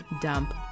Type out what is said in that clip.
dump